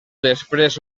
després